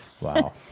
Wow